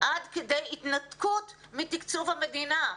עד כדי התנתקות מתקצוב המדינה,